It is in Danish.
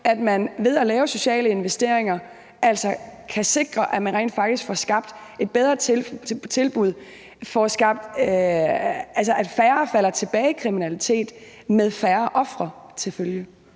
at man ved at lave sociale investeringer kan sikre, at man rent faktisk får skabt et bedre tilbud, så færre falder tilbage i kriminalitet med færre ofre til følge?